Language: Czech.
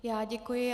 Já děkuji.